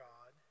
God